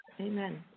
Amen